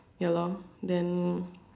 ya lor then